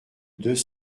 deux